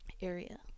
area